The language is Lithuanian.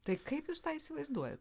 tai kaip jūs tą įsivaizduojat